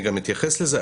אני גם אתייחס לזה.